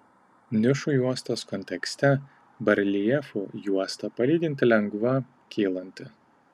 nišų juostos kontekste bareljefų juosta palyginti lengva kylanti